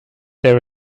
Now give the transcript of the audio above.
there